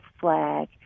flag